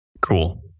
Cool